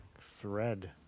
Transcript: Thread